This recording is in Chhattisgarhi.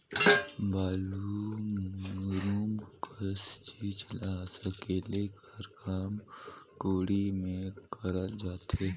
बालू, मूरूम कस चीज ल सकेले कर काम कोड़ी मे करल जाथे